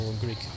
Greek